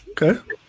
Okay